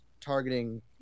targeting